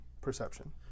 perception